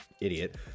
idiot